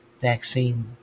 vaccine